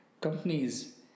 companies